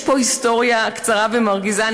יש פה היסטוריה קצרה ומרגיזה,